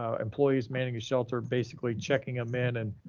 um employees manning a shelter, basically checking them in and,